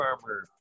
Farmer